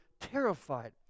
terrified